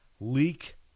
leak